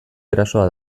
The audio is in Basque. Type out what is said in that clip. erasoa